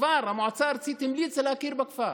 המועצה הארצית המליצה להכיר בכפר,